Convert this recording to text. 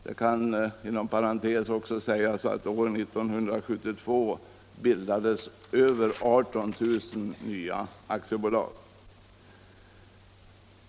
Det kan inom parentes också sägas att år 1972 bildades över 18 000 nya aktiebolag.